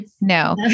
No